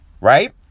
right